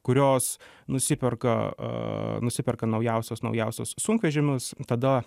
kurios nusiperka nusiperka naujausius naujausius sunkvežimius tada